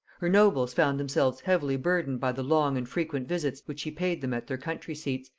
her nobles found themselves heavily burthened by the long and frequent visits which she paid them at their country-seats,